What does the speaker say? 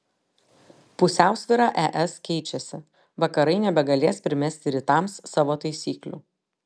pusiausvyra es keičiasi vakarai nebegalės primesti rytams savo taisyklių